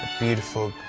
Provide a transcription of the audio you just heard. beautiful,